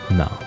no